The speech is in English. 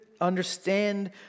understand